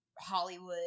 Hollywood